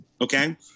Okay